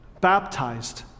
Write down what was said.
baptized